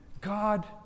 God